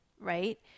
right